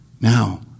now